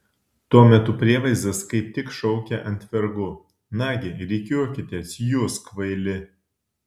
tuo metu prievaizdas kaip tik šaukė ant vergų nagi rikiuokitės jūs kvaili